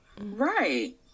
Right